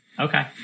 Okay